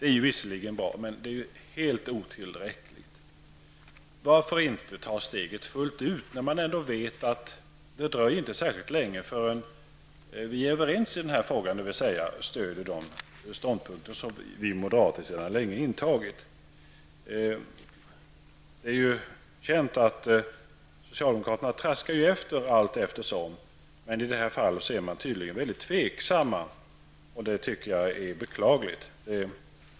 Det är visserligen bra men ändå helt otillräckligt. Varför inte ta steget fullt ut när man ändå vet att det inte dröjer särskilt länge förrän vi är överens om de ståndpunkter som vi moderater sedan länge har intagit? Det är känt att socialdemokraterna allteftersom traskar efter oss, men i detta fall är de tydligen mycket tveksamma. Det tycker jag är beklagligt.